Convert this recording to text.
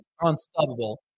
unstoppable